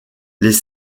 les